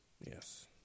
yes